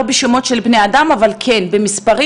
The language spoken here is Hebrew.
לא בשמות של בני אדם אבל כן במספרים,